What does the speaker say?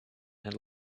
had